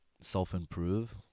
self-improve